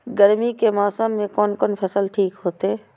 गर्मी के मौसम में कोन कोन फसल ठीक होते?